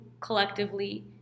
collectively